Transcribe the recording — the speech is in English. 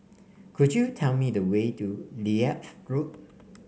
could you tell me the way to Leith Road